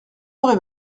aurait